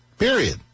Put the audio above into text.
Period